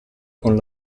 con